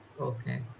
Okay